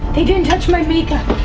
they didn't touch my makeup.